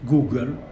Google